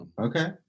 okay